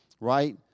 right